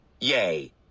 Yay